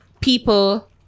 people